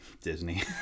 Disney